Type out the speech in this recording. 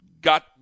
got